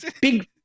Big